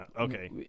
okay